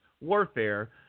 warfare